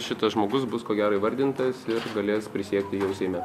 šitas žmogus bus ko gero įvardintas ir galės prisiekti jau seime